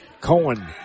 Cohen